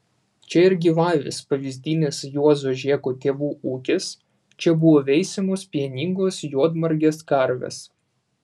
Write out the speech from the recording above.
čia ir gyvavęs pavyzdinis juozo žėko tėvų ūkis čia buvo veisiamos pieningos juodmargės karvės